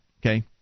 Okay